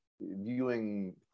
viewing